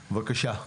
בבקשה.